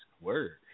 Word